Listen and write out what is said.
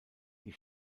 die